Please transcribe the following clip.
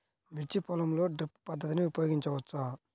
మిర్చి పొలంలో డ్రిప్ పద్ధతిని ఉపయోగించవచ్చా?